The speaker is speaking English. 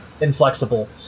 inflexible